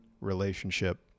relationship